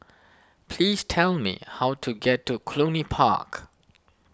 please tell me how to get to Cluny Park